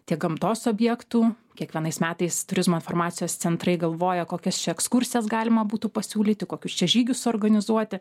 tiek gamtos objektų kiekvienais metais turizmo informacijos centrai galvoja kokias čia ekskursijas galima būtų pasiūlyti kokius čia žygius suorganizuoti